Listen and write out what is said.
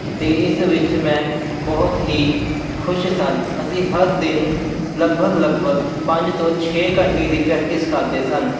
ਅਤੇ ਇਸ ਵਿੱਚ ਮੈਂ ਬਹੁਤ ਹੀ ਖੁਸ਼ ਸਨ ਅਸੀਂ ਹਰ ਦਿਨ ਲਗਭਗ ਲਗਭਗ ਪੰਜ ਤੋਂ ਛੇ ਘੰਟੇ ਦੀ ਪ੍ਰੈਕਟਿਸ ਕਰਦੇ ਸਨ